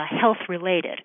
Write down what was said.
health-related